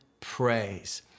praise